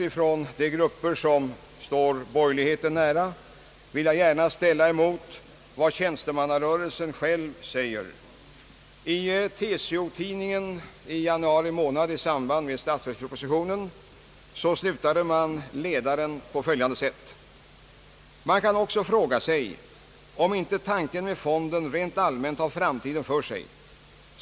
Denna bedömning från grupper som står borgerligheten nära vill jag gärna ställa mot vad tjänstemannarörelsen säger. I TCO-tidningen — som är tjänstemannarörelsens huvudorgan — avslutades ledaren om statsverkspropositionen i januari månad på följande sätt: >Man kan också fråga sig om inte tanken med fonden rent allmänt har framtiden för sig.